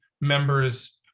members